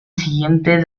siguiente